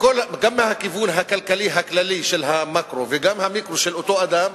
גם מהכיוון הכלכלי הכללי של המקרו וגם מהמיקרו של אותו אדם,